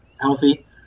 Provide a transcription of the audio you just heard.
healthy